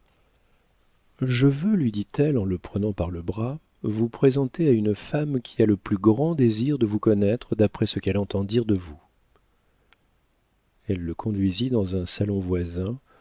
je veux lui dit-elle en le prenant par le bras vous présenter à une femme qui a le plus grand désir de vous connaître d'après ce qu'elle entend dire de vous elle le conduisit dans un salon voisin